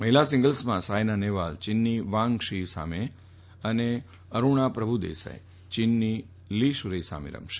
મહિલા સિંગલ્સમાં સાયના નહેવાલ ચીનની વાંગ શીથી સામે અને અરૂણા પ્રભુદેસાઈ ચીનની લી શુરેઈ સામે રમશે